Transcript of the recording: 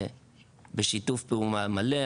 בשיתוף פעולה מלא.